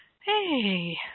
hey